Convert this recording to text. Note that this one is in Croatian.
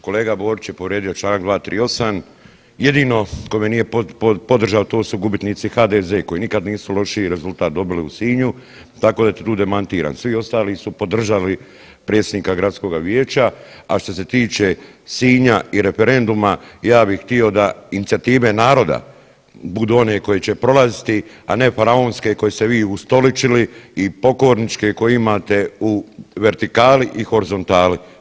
Kolega Borić je povrijedio Članak 238. jedino tko ga nije podržao to su gubitnici HDZ koji nikad nisu lošiji rezultat dobili u Sinju tako da demantiram, svi ostali su podržali predsjednika gradskoga vijeća, a što se tiče Sinja i referenduma ja bi htio da inicijative narode budu one koje će prolaziti, a ne faraonske koje ste vi ustoličili i pokorničke koje imate u vertikali i horizontali.